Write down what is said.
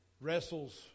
wrestles